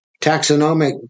taxonomic